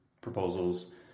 proposals